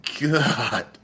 God